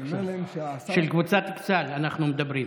על קבוצת אכסאל אנחנו מדברים.